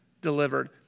delivered